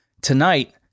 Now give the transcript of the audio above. tonight